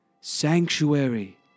sanctuary